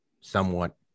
somewhat